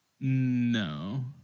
No